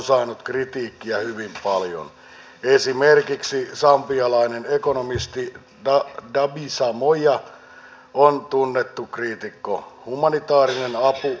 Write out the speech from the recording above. tämä tietenkin kiinnostaa mitkä ne vaikutukset ovat ja vastaus siihen on se että asiaa selvitetään nyt temin puolella